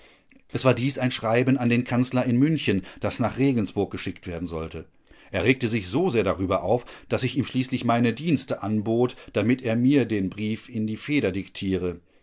es war dies ein schreiben an den kanzler in münchen das nach regensburg geschickt werden sollte er regte sich so sehr darüber auf daß ich ihm schließlich meine dienste anbot damit er mir den brief in die feder diktiere